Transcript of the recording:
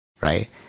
Right